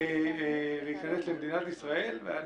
את